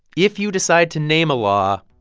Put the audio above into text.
if you decide to name a law,